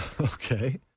Okay